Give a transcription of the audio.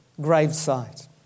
gravesite